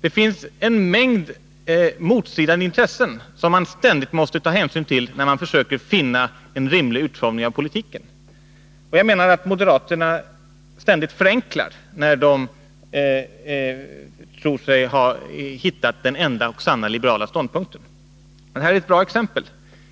Det finns en mängd motstridiga intressen som man ständigt måste ta hänsyn till när man försöker finna en rimlig utformning av politiken. Jag menar att moderaterna ständigt förenklar när de tror sig ha hittat den enda och sanna liberala ståndpunkten. Det här är ett bra exempel.